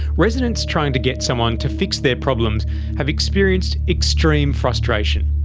residents trying to get someone to fix their problems have experienced extreme frustration.